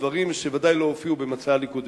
דברים שוודאי לא הופיעו במצע הליכוד.